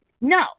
No